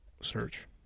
search